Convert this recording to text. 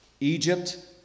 Egypt